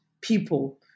people